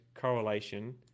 correlation